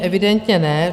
Evidentně ne.